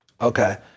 Okay